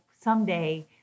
someday